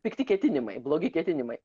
pikti ketinimai blogi ketinimai